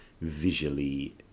visually